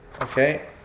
Okay